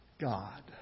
God